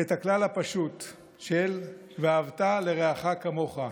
את הכלל הפשוט של "ואהבת לרעך כמוך".